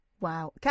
Wow